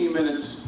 minutes